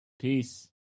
peace